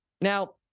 Now